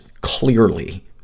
clearly